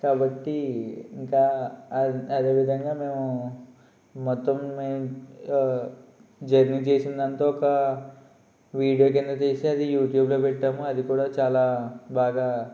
కాబట్టి ఇంకా అదే విధంగా మేము మొత్తం జర్నీ చేసిందంతా ఒక వీడియో కింద తీసి అది యూట్యూబ్లో పెట్టాము అది కూడా చాలా బాగా